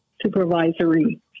supervisory